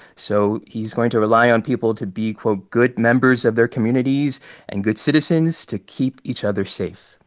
so he's going to rely on people to be, quote, good members of their communities and good citizens to keep each other safe.